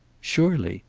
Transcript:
surely.